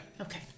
Okay